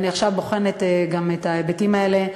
אני עכשיו בוחנת גם את ההיבטים האלה,